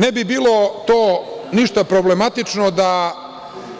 Ne bi bilo to ništa problematično da